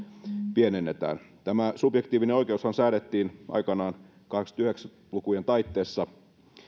pienennetään tämä subjektiivinen oikeushan säädettiin aikanaan kahdeksankymmentä viiva yhdeksänkymmentä lukujen taitteessa